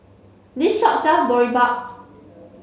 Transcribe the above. this shop sells Boribap